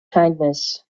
kindness